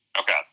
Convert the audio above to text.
Okay